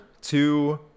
two